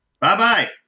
Bye-bye